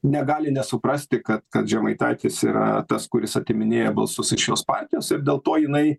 negali nesuprasti kad kad žemaitaitis yra tas kuris atiminėja balsus iš jos partijos ir dėl to jinai